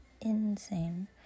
insane